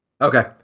Okay